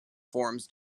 forms